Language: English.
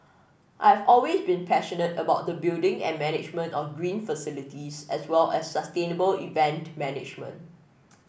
I have always been passionate about the building and management of green facilities as well as sustainable event management